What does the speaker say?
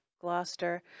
Gloucester